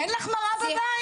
אין לך מראה בבית?